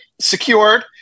secured